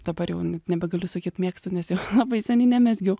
dabar jau nebegaliu sakyt mėgstu nes jau labai seniai nemezgiau